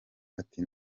ati